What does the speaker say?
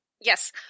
yes